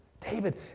David